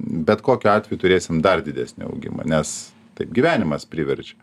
bet kokiu atveju turėsim dar didesnį augimą nes taip gyvenimas priverčia